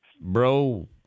Bro